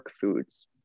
foods